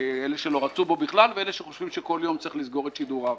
אלה שלא רצו בו בכלל ואלה שחושבים שבכל יום צריך לסגור את שידוריו.